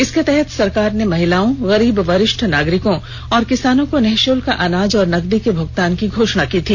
इसके तहत सरकार ने महिलाओं गरीब वरिष्ठ नागरिकों और किसानों को निःशल्क अनाज और नकदी के भूगतान की घोषणा की थी